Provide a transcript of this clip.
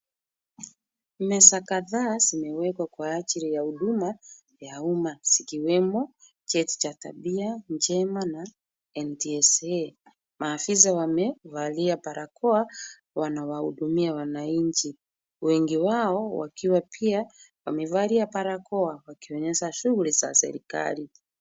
Meza kadhaa zimewekwa kwa ajili ya huduma ya umma zikiwemo cheti cha tabia njema na NTSA. Maafisa wamevalia barokoa wakiwahudumia wananchi wengi wao wakiwa wamevalia barakoa kuonyesha shughuli za serikali.